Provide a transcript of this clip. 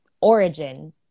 origin